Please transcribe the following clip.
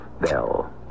bell